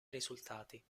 risultati